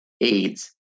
AIDS